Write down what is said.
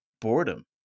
boredom